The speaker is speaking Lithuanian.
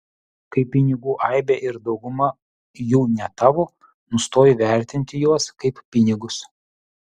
kai pinigų aibė ir dauguma jų ne tavo nustoji vertinti juos kaip pinigus